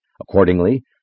Accordingly